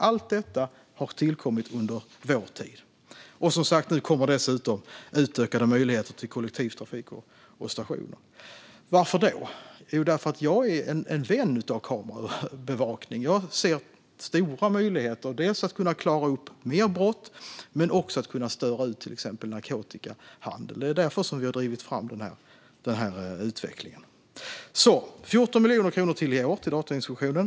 Allt detta har tillkommit under vår tid. Nu kommer dessutom utökade möjligheter för kollektivtrafik och stationer. Varför då? Jo, därför att jag är en vän av kamerabevakning. Jag ser stora möjligheter att klara upp fler brott men också att kunna störa ut till exempel narkotikahandel. Det är därför som vi har drivit fram den här utvecklingen. Det är 14 miljoner kronor till i år till Datainspektionen.